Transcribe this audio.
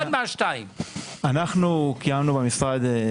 אנחנו במשרד עשינו.